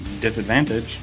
Disadvantage